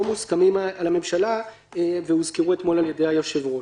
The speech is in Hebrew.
מוסכמים על הממשלה והוזכרו אתמול על ידי היושב-ראש.